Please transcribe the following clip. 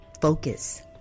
focus